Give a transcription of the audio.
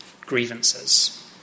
grievances